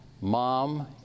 mom